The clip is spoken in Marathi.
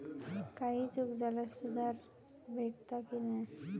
काही चूक झाल्यास सुधारक भेटता की नाय?